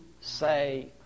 say